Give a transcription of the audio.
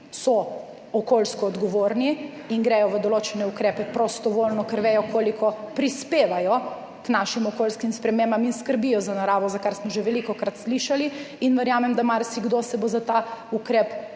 okoljsko odgovorni in gredo v določene ukrepe prostovoljno, ker vedo, koliko prispevajo k našim okoljskim spremembam in skrbijo za naravo, kar smo že velikokrat slišali. Verjamem, da se bo marsikdo odločil za ta ukrep